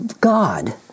God